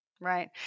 Right